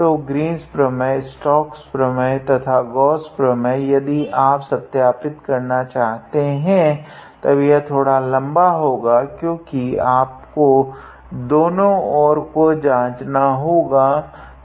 तो ग्रीन्स प्रमेय स्टॉक्स प्रमेय या गॉस प्रमेय यदि आप सत्यापित करना चाहते है तब यह थोडा लम्बा होगा क्योकि आपको दोनों और को जांचना होगा